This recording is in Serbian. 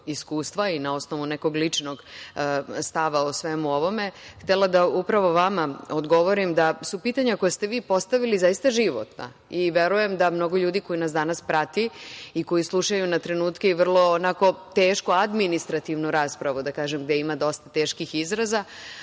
iskustva i na osnovu nekog ličnog stava o svemu ovome, htela da upravo vama odgovorim da su pitanja koja ste vi postavili zaista životna. Verujem da mnogo ljudi koji nas danas prati i koji slušaju na trenutke vrlo onako tešku administrativnu raspravu, da kažem, gde ima dosta teških izraza,